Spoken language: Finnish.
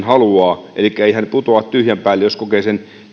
haluaa elikkä ei hän putoa tyhjän päälle jos kokee